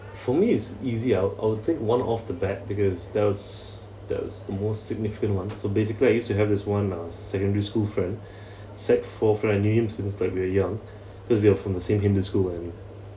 for me it's easier I'll I'll take one off the bat because there was there was the most significant ones so basically I used to have this [one] uh secondary school friend sec four friend I knew him since that we're young because we were from the same kinder school